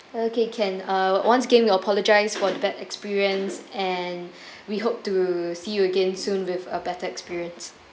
okay can uh once again we apologise for the bad experience and we hope to see you again soon with a better experience